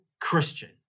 Christian